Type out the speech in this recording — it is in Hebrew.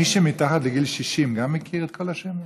גם מי שמתחת לגיל 60 מכיר את כל השמות?